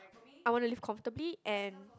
I want to live comfortably and